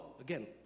again